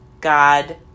God